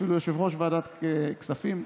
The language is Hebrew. אפילו יושב-ראש ועדת כספים,